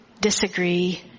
disagree